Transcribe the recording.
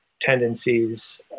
tendencies